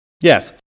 Yes